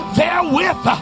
therewith